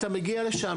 אתה מגיע לשם,